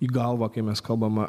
į galvą kai mes kalbame